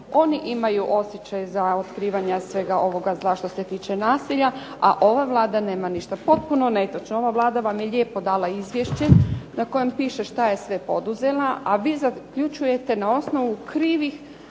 oni imaju osjećaj za otkrivanje svega ovoga zla što se tiče nasilja, a ova Vlada nema ništa. Potpuno netočno! Ova Vlada vam je lijepo dala izvješće na kojem piše što je sve poduzela, a vi zaključujete na osnovu krivih